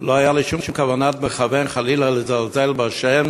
לא הייתה לי שום כוונת מכוון, חלילה, לזלזל בשם